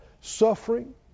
suffering